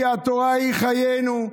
כי התורה היא חיינו,